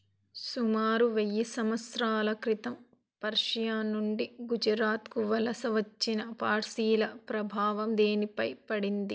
సుమారు వెయ్యి సంవత్సరాల క్రితం పర్షియా నుండి గుజరాత్కు వలస వచ్చిన పార్సీల ప్రభావం దేనిపై పడింది